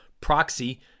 Proxy